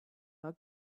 our